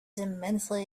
immensely